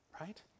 right